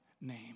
name